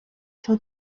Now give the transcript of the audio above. چون